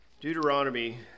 Deuteronomy